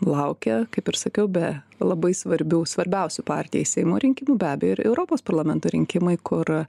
laukia kaip ir sakiau be labai svarbių svarbiausių partijai seimo rinkimų be abejo ir europos parlamento rinkimai kur